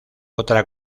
otra